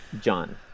John